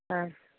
ആ